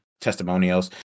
testimonials